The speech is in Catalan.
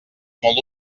molt